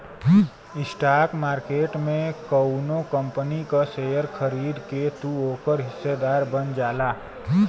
stock market में कउनो company क शेयर खरीद के तू ओकर हिस्सेदार बन जाला